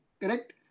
Correct